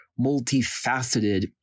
multifaceted